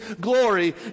glory